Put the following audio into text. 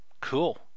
cool